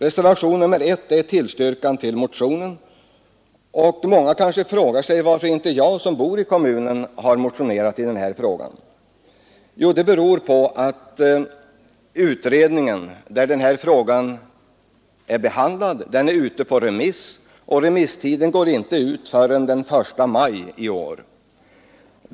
Reservationen 1 innebär tillstyrkan av motionen. Många kanske frågar sig varför inte jag som bor i kommunen motionerat. Det beror på att utredningsbetänkandet, som behandlar den här frågan, är ute på remiss. Remisstiden går inte ut förrän den 1 maj i år.